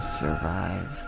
survive